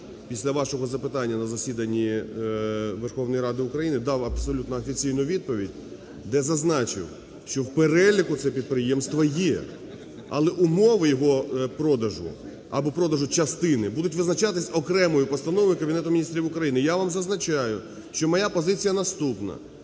після вашого запитання на засіданні Верховної Ради України дав абсолютно офіційну відповідь, де зазначив, що в переліку це підприємство є, але умови його продажу або продажу частини будуть визначатись окремою постановою Кабінету Міністрів України. Я вам зазначаю, що моя позиція наступна,